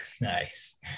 Nice